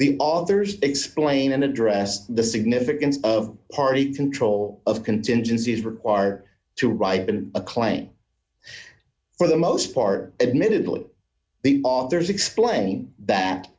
the authors explain and address the significance of party control of contingency is required to ripen a claim for the most part admittedly the authors explain